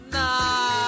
no